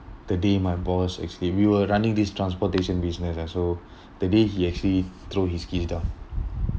the day my boss as we were running this transportation business ah so the day he actually throw his key down